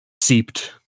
seeped